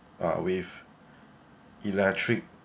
uh with electric